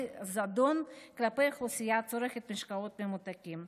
זדון כלפי אוכלוסייה הצורכת משקאות ממותקים.